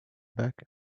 back